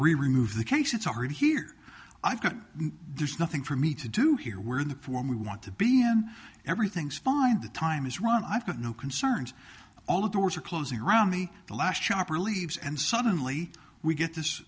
really move the case it's already here i've got there's nothing for me to do here we're in the form we want to be in everything's fine the time is run i've got no concerns all the doors are closing around me the last chopper leaves and suddenly we get this